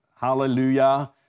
Hallelujah